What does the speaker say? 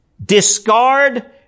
Discard